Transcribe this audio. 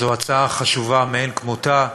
זו הצעה חשובה מאין כמותה.